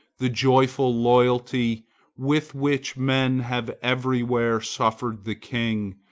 the joyful loyalty with which men have everywhere suffered the king,